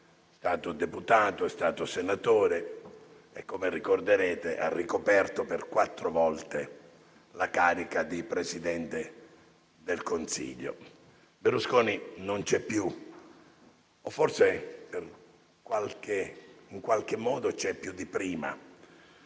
stato deputato e senatore e, come ricorderete, ha ricoperto per quattro volte la carica di Presidente del Consiglio. Berlusconi non c'è più o forse in qualche modo c'è più di prima.